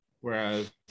Whereas